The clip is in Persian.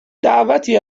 دعوتی